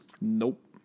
Nope